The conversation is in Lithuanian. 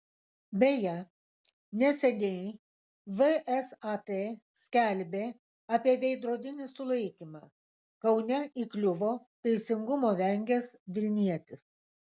beje neseniai vsat skelbė apie veidrodinį sulaikymą kaune įkliuvo teisingumo vengęs vilnietis